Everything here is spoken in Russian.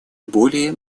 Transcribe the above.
более